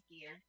gear